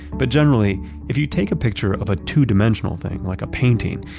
but generally if you take a picture of a two dimensional thing like a painting,